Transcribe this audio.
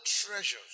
treasures